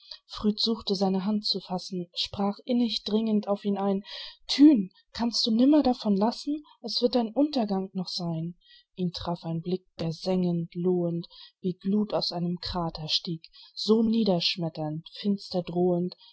suchte seine hand zu fassen sprach innig dringend auf ihn ein tyn kannst du nimmer davon lassen es wird dein untergang noch sein ihn traf ein blick der sengend lohend wie gluth aus einem krater stieg so niederschmetternd finster drohend